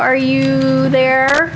are you there